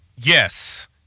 yes